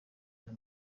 meze